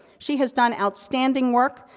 she has done outstanding work,